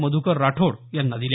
मधुकर राठोड यांना दिल्या